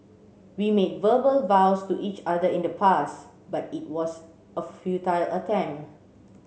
we made verbal vows to each other in the past but it was a futile